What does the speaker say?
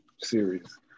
series